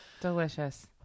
delicious